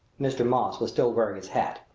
mr. moss was still wearing his hat,